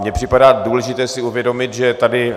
Mně připadá důležité si uvědomit, že tady...